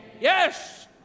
Yes